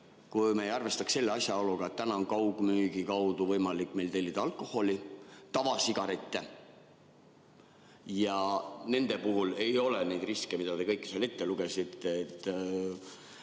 kui me ei arvestaks selle asjaoluga, et täna on kaugmüügi kaudu võimalik tellida alkoholi ja tavasigarette. Nende puhul nagu ei oleks neid riske, mis te kõik ette lugesite.